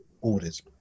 orders